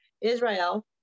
Israel